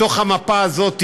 בתוך המפה הזאת,